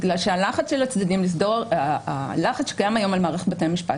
בגלל שהלחץ של הצדדים שקיים היום על מערכת בתי המשפט